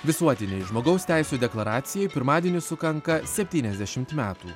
visuotinei žmogaus teisių deklaracijai pirmadienį sukanka septyniasdešimt metų